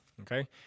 okay